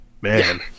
Man